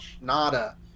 nada